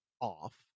off